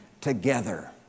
together